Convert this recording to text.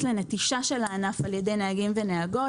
מאוד לנטישה של הענף על ידי נהגים ונהגות.